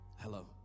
Hello